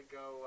go